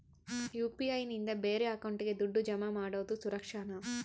UPI ನಿಂದ ಬೇರೆ ಅಕೌಂಟಿಗೆ ದುಡ್ಡು ಜಮಾ ಮಾಡೋದು ಸುರಕ್ಷಾನಾ?